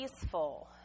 peaceful